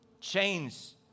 chains